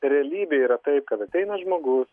realybė yra taip kad ateina žmogus